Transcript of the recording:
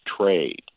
trade